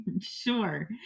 Sure